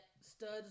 studs